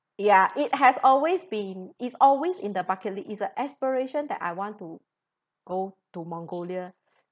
ya it has always been it's always in the bucket list it's an aspiration that I want to go to mongolia